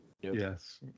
Yes